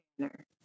Tanner